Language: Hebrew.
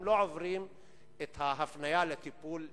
הם לא עוברים את ההפניה לטיפול גמילה.